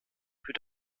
für